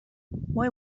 why